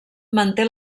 manté